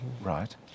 Right